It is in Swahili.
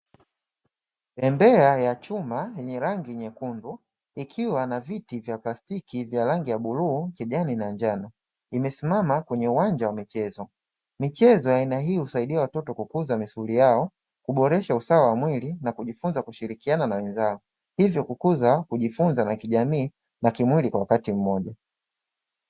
Bembea ya chuma yenye rangi nyekundu, ikiwa na viti vya plastiki vya rangi ya bluu, kijani na njano. Imesimama kwenye uwanja wa michezo. Michezo ya aina hii husaidia watoto kukuza misuli yao, kuboresha usawa wa mwili na kujifunza kushirikiana na wenzao. Hivyo hukuza kujifunza na kijamii na kumwili kwa wakati mmoja.